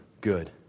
good